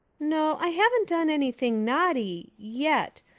no, i haven't done anything naughty yet.